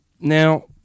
Now